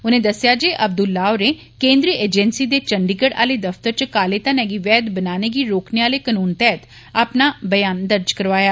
उनें दस्सेया जे अब्दुल्ला होरें केंद्री अजेंसी दे चंडीगढ़ आले दफतर च कालै घनै गी वैघ बनाने गी रोकने आले कानून तैह्त अपना ब्यान दर्ज करवाया